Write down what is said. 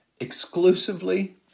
exclusively